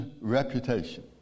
reputation